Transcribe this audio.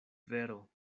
vero